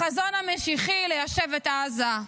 החזון המשיחי ליישב את עזה,